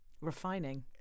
refining